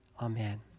Amen